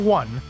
one